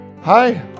Hi